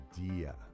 idea